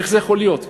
איך זה יכול להיות?